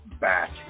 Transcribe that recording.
back